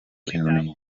county